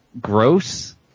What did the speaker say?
gross